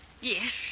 Yes